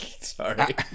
Sorry